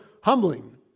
humbling